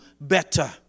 better